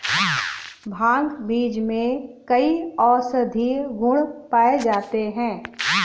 भांग बीज में कई औषधीय गुण पाए जाते हैं